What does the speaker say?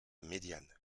médiane